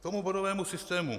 K tomu bodovému systému.